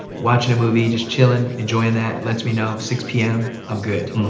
watching a movie. just chillin' enjoying that, lets me know, six p m, i'm good.